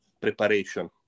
preparation